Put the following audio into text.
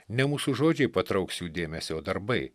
ne mūsų žodžiai patrauks jų dėmesį o darbai